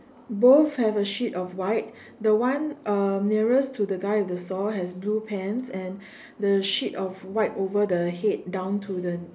both have a sheet of white the one um nearest to the guy with the saw have blue pants and the sheet of white over the head down to the